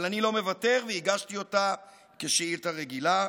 אבל אני לא מוותר, והגשתי אותה כשאילתה רגילה.